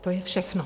To je všechno.